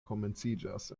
komenciĝas